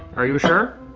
are you sure?